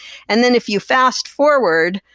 and then if you fast-forward,